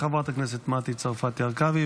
חברת הכנסת מטי צרפתי הרכבי,